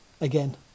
again